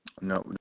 No